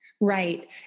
Right